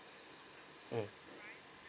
mm